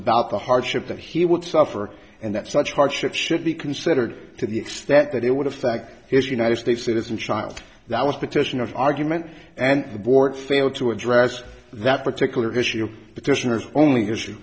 about the hardship that he would suffer and that such hardship should be considered to the extent that it would affect his united states citizen child that was petition of argument and the board failed to address that particular issue because there's only